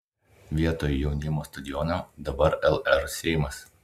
vietoj jaunimo stadiono dabar lr seimas